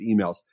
emails